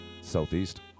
Southeast